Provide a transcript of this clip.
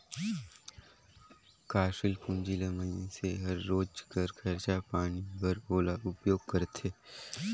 कारसील पूंजी ल मइनसे हर रोज कर खरचा पानी बर ओला उपयोग करथे